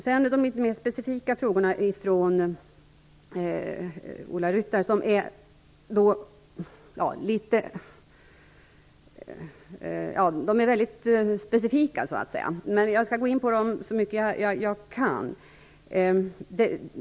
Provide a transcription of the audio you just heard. Bengt-Ola Ryttar ställde sedan frågor som är väldigt specifika på ett mycket intressant sätt. Jag skall gå in på dem så mycket jag kan.